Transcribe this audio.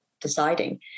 deciding